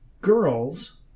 Girls